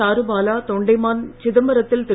சாருபாலா தொண்டைமான் சிதம்பரத்தில் திரு